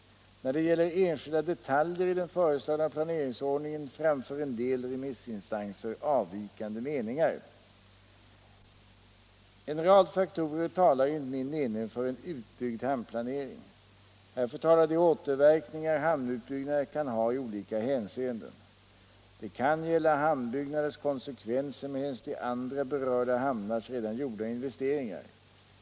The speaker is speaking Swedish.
När det gäller enskilda detaljer i den föreslagna planeringsordningen framför en del remissinstanser avvikande meningar. En rad faktorer talar enligt min mening för en utbyggd hamnplanering. Härför talar de återverkningar hamnutbyggnader kan ha i olika hänseenden. Det kan gälla hamnutbyggnaders konsekvenser med hänsyn till andra berörda hamnars redan gjorda investeringar.